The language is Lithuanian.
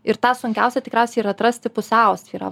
ir tą sunkiausia tikriausiai yra atrasti pusiausvyrą